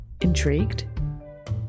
Intrigued